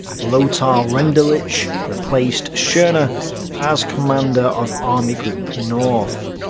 lothar rendulic replaced schorner as commander of army group north.